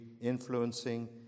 influencing